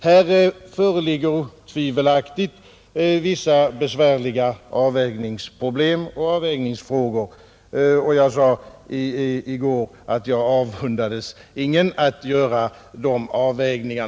Här föreligger otvivelaktigt vissa besvärliga avvägningsfrågor, och jag sade i går att jag avundas ingen arbetet med att göra dessa avvägningar.